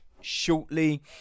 shortly